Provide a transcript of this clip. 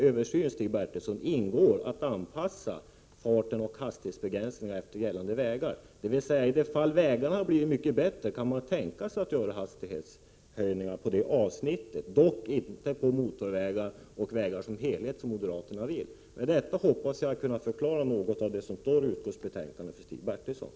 I en översyn, Stig Bertilsson, ingår att anpassa farten och hastighetsgränserna till vägarnas kvalitet, dvs. i de fall då vägarna har blivit mycket bättre kan man tänka sig att införa höjning av högsta tillåtna hastighet på den vägsträckan — dock inte på motorvägar. Detta gäller också en generell höjning av hastigheterna, vilket moderaterna eftersträvar. Med detta hoppas jag ha kunnat förklara för Stig Bertilsson något av det som står i utskottsbetänkandet.